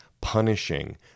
punishing